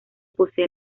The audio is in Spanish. posee